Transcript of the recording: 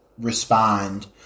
respond